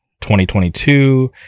2022